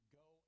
go